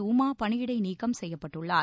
உமா பணியிடை நீக்கம் செய்யப்பட்டுள்ளார்